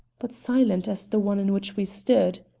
but silent as the one in which we stood.